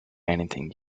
anything